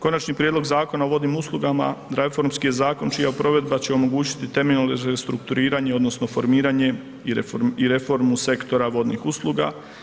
Konačni prijedlog Zakona o vodnim uslugama reformski je zakon čija provedba će omogućiti temeljno restrukturiranje, odnosno formiranje i reformu sektora vodnih usluga.